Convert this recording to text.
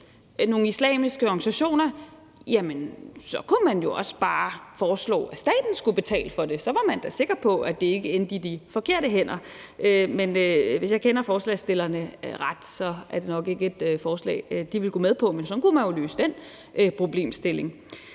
nogle islamiske organisationer, kunne man også bare foreslå, at staten skulle betale for det, for så var man da sikker på, at det ikke endte i de forkerte hænder. Men hvis jeg kender forslagsstillerne ret, er det nok ikke et forslag, de vil gå med på, men sådan kunne man jo løse den problemstilling.